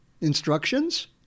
Instructions